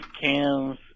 Cam's